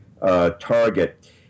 Target